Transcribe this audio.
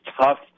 tough